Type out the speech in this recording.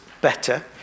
better